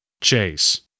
Chase